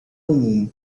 umum